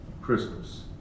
Christmas